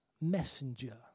messenger